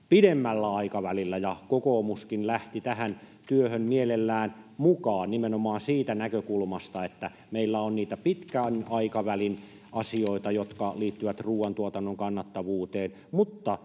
pidemmällä aikavälillä, ja kokoomuskin lähti tähän työhön mielellään mukaan nimenomaan siitä näkökulmasta, että meillä on niitä pitkän aikavälin asioita, jotka liittyvät ruoantuotannon kannattavuuteen. Nyt